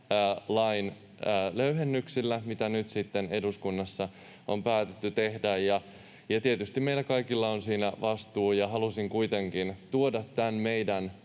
rajalain löyhennyksillä, mitä nyt eduskunnassa on päätetty tehdä, ja tietysti meillä kaikilla on siinä vastuu. Halusin kuitenkin vielä tuoda tämän meidän